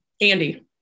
Andy